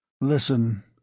Listen